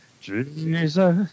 Jesus